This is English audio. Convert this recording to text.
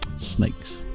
Snakes